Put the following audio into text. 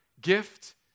gift